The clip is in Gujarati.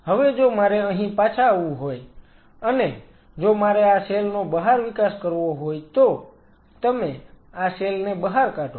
હવે જો મારે અહીં પાછા આવવું હોય અને જો મારે આ સેલ નો બહાર વિકાસ કરવો હોય તો તમે આ સેલ ને બહાર કાઢો